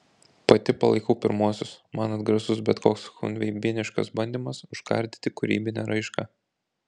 pati palaikau pirmuosius man atgrasus bet koks chunveibiniškas bandymas užkardyti kūrybinę raišką